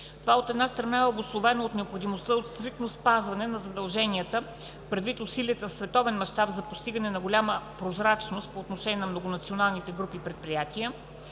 от една страна, от необходимостта от стриктно спазване на задълженията предвид усилията в световен мащаб за постигане на по-голяма прозрачност по отношение на многонационалните групи предприятия.